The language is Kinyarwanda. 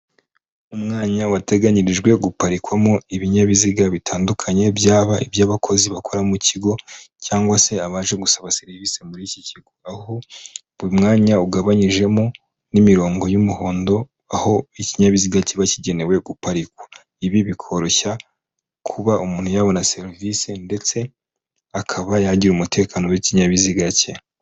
Umwanya wateganyirijwe guparikwamo ibinyabiziga bitandukanye byaba iby'abakozi bakora mu kigo cyangwa se abaje gusaba serivisi muri iki kigo, aho buri mwanya ugabanyijemo n'imirongo y'umuhondo aho ikinyabiziga kiba kigenewe guparikwa, ibi bikoroshya kuba umuntu yabona serivisi ndetse akaba yagira umutekano w'ikinyabiziga cye.